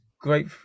great